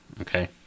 Okay